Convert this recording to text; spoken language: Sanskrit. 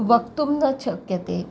वक्तुं न शक्यते